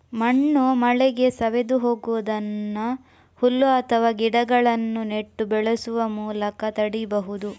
ಮಣ್ಣು ಮಳೆಗೆ ಸವೆದು ಹೋಗುದನ್ನ ಹುಲ್ಲು ಅಥವಾ ಗಿಡಗಳನ್ನ ನೆಟ್ಟು ಬೆಳೆಸುವ ಮೂಲಕ ತಡೀಬಹುದು